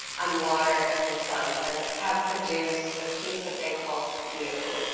on water and wisconsin, have produced a piece that they call skew.